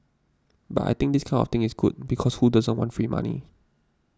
but I think this kind of thing is good because who doesn't want free money